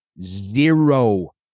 zero